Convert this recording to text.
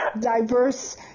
diverse